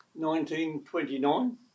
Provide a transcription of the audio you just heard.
1929